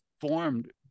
formed